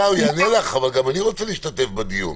הוא יענה לך, אבל גם אני רוצה להשתתף בדיון.